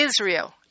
Israel